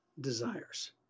desires